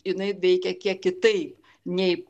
jinai veikia kiek kitaip nei